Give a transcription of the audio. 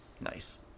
Nice